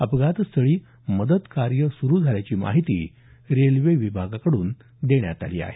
अपघातस्थळी मदत कार्य सुरू झाल्याची माहिती रेल्वे विभागाकडून देण्यात आली आहे